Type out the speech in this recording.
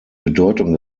bedeutung